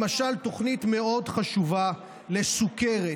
למשל תוכנית מאוד חשובה לסוכרת.